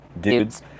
dudes